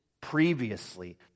previously